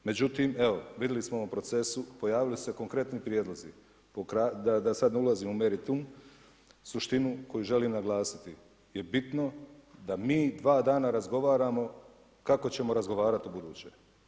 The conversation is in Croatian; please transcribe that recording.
Međutim evo vidjeli smo u procesu, pojavili su se konkretni prijedlozi da sad ne ulazim u meritum, suštinu koju želim naglasiti je bitno da mi dva dana razgovaramo kako ćemo razgovarati u buduće.